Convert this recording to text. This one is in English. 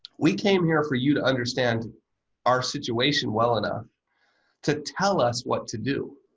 we came here for you to understand our situation well enough to tell us what to do.